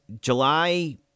July